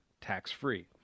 tax-free